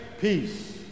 PEACE